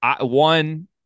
One